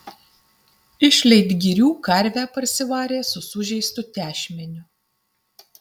iš leitgirių karvę parsivarė su sužeistu tešmeniu